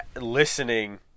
listening